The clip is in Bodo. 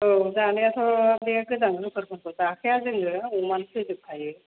औ जानायाथ' बे गोजां ओंखामफोरखौ जाखाया जोङो अमानो होजोबखायो